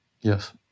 Yes